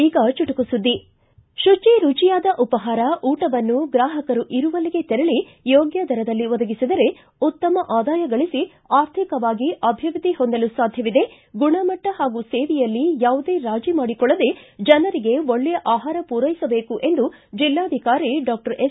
ಈಗ ಚುಟುಕು ಸುದ್ಗಿ ಶುಚಿ ರುಚಿಯಾದ ಉಪಹಾರ ಊಟವನ್ನು ಗ್ರಾಹಕರು ಇರುವಲ್ಲಿಗೇ ತೆರಳಿ ಯೋಗ್ವ ದರದಲ್ಲಿ ಒದಗಿಸಿದರೆ ಉತ್ತಮ ಆದಾಯ ಗಳಿಸಿ ಆರ್ಥಿಕವಾಗಿ ಅಭಿವ್ಯದ್ಲಿ ಹೊಂದಲು ಸಾಧ್ಯವಿದೆ ಗುಣಮಟ್ನ ಹಾಗೂ ಸೇವೆಯಲ್ಲಿ ಯಾವುದೇ ರಾಜಿ ಮಾಡಿಕೊಳ್ಳದೇ ಜನರಿಗೆ ಒಳ್ಳೆಯ ಆಹಾರ ಮೂರೈಸಬೇಕು ಎಂದು ಜಿಲ್ಲಾಧಿಕಾರಿ ಡಾಕ್ವರ್ ಎನ್